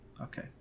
Okay